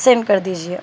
send کر دیجیے